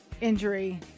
injury